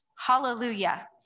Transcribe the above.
hallelujah